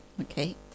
okay